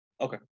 Okay